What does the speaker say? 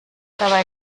dabei